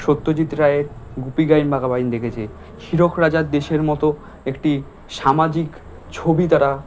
সত্যজিৎ রায়ের গুপী গাইন বাঘা বাইন দেখেছে হীরক রাজার দেশের মতো একটি সামাজিক ছবি তারা